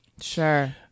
Sure